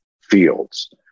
fields